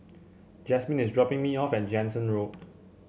Jasmine is dropping me off at Jansen Road